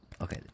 Okay